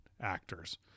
actors